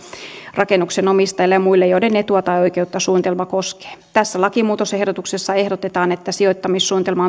rakennuksen omistajille ja muille joiden etua tai oikeutta suunnitelma koskee tässä lakimuutosehdotuksessa ehdotetaan että sijoittamissuunnitelma